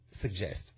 suggest